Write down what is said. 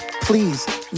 Please